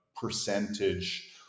percentage